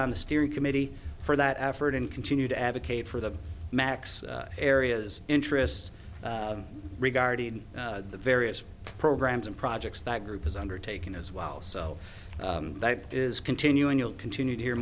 on the steering committee for that effort and continue to advocate for the max areas interests regarding the various programs and projects that group has undertaken as well so that is continuing you'll continue to hear